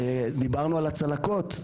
דיברנו על הצלקות,